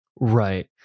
Right